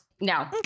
no